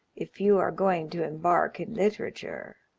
if you are going to embark in literature.